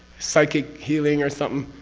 psychic healing or something,